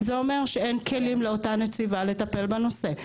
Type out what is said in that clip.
זה אומר שאין כלים לאותה נציבה לטפל בנושא,